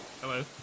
Hello